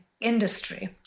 industry